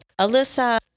Alyssa